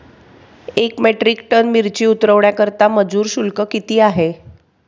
एक metric ton मिरची उतरवण्याकरता मजूर शुल्क किती आहे?